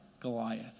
Goliath